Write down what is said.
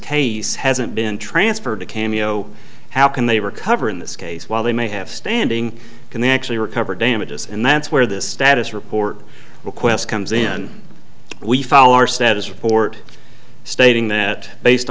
case hasn't been transferred to cameo how can they recover in this case while they may have standing can actually recover damages and that's where this status report request comes in we follow our status report stating that based